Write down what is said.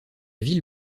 ville